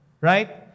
right